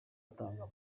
atanga